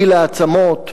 גיל העצמות,